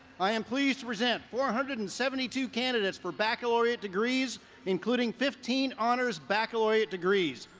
i am pleased to present four hundred and seventy two candidates for baccalaureate degrees including fifteen honors baccalaureate degrees.